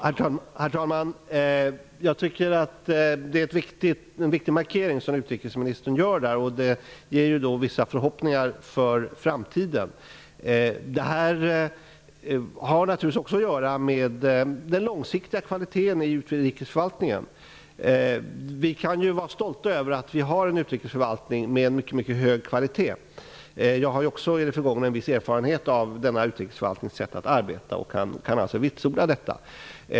Herr talman! Jag tycker att det är en viktig markering som utrikesministern nu gör. Det inger vissa förhoppningar inför framtiden. Denna fråga har naturligtvis också att göra med den långsiktiga kvaliteten i utrikesförvaltningen. Vi kan vara stolta över att vi har en utrikesförvaltning med en mycket hög kvalitet. Jag har också i det förgångna en viss erfarenhet av denna utrikesförvaltnings sätt att arbeta och kan därför vitsorda detta.